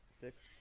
six